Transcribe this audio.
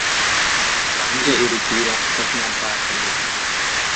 tokią landžią ir įkyrią kad net barti reikia